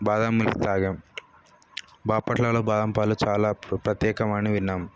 బాదాం milk తాగాము బాపట్లలో బాదం పాలు చాలా ప్రత్యేకం అని విన్నాము